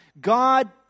God